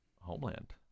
Homeland